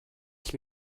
ich